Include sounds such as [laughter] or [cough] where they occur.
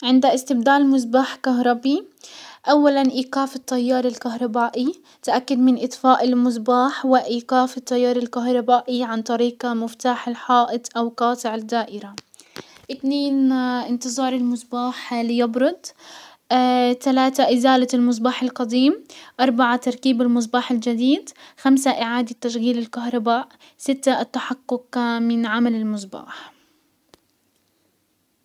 عند استبدال المصباح كهربي، اولا ايقاف التيار الكهربائي، تأكد من اطفاء المصباح وايقاف التيار الكهربائي عن طريق مفتاح الحائط او قاطع الدائرة. اتنين [hesitation] انتزار المصباح ليبرد. تلاتة ازالة المصباح القديم. [hesitation] اربعة تركيب المصباح الجديد. خمسة اعادة تشغيل الكهرباء. ستة التحقق من عمل المصباح.